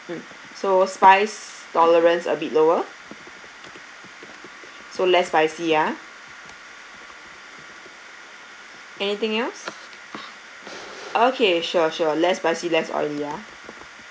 mm so spice tolerance a bit lower so less spicy yeah anything else okay sure sure less spicy less oily yeah